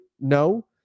no